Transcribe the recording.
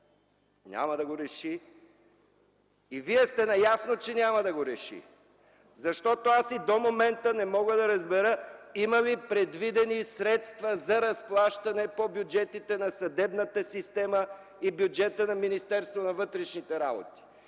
Няма да го реши! Вие сте наясно, че няма да го реши. Аз и до момента не мога да разбера, има ли предвидени средства за разплащане по бюджетите на съдебната система и бюджета на Министерството на вътрешните работи.